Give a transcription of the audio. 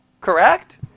Correct